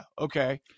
okay